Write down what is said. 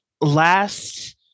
last